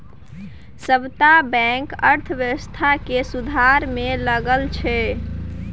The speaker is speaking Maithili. सबटा बैंक अर्थव्यवस्था केर सुधार मे लगल छै